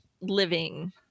living